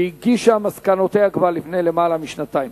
שהגישה מסקנותיה כבר לפני למעלה משנתיים.